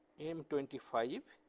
m twenty five,